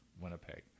Winnipeg